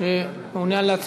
שימו לב